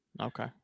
Okay